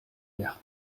hier